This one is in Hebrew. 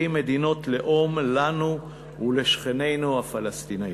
מדינות לאום לנו ולשכנינו הפלסטינים.